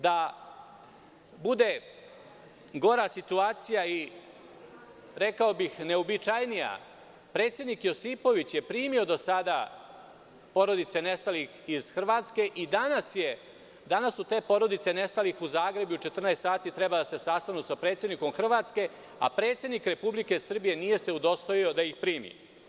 Da bude gora situacija i rekao bih neobičajnija, predsednik Josipović je primio do sada porodice nestalih iz Hrvatske i danas su te porodice nestalih u Zagrebu u 14.00 sati trebale da se sastanu sa predsednikom Hrvatske, a predsednik Republike Srbije se nije udostojio da ih primi.